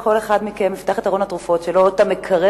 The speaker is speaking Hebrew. וכל אחד מכם יפתח את ארון התרופות שלו או את המקרר